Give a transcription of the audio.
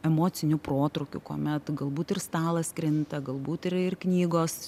emocinių protrūkių kuomet galbūt ir stalas krinta galbūt ir ir knygos